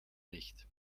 nicht